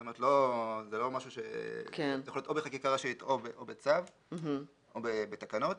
זאת אומרת זה יכול להיות או בחקיקה ראשית או בצו או בתקנות.